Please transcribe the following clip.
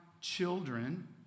children